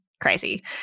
crazy